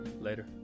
later